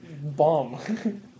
bomb